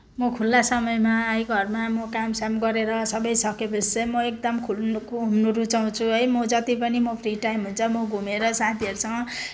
म खुल्ला समयमा है घरमा म कामसाम गरेर सबै सकेपछि चाहिँ म एकदम घुम्नु रुचाउँछु है म जति पनि म फ्री टाइम हुन्छ म घुमेर साथीहरूसँग